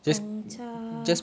Gong Cha